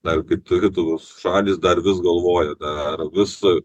dar kai turi tu vos šalys dar vis galvoja dar vis